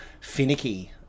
finicky